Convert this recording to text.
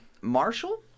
Marshall